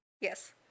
Yes